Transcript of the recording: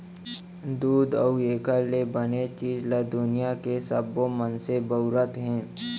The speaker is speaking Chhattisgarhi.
दूद अउ एकर ले बने चीज ल दुनियां के सबो मनसे बउरत हें